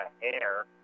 hair